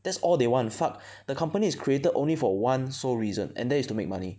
that's all they want fuck the company is created only for one sole reason and that is to make money